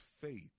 faith